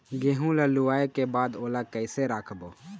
गेहूं ला लुवाऐ के बाद ओला कइसे राखबो?